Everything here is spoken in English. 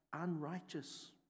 unrighteous